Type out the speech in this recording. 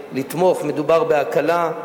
לתמוך, ומדובר בהקלה.